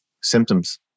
symptoms